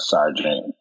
Sergeant